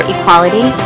equality